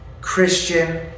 Christian